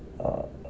uh